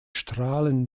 strahlen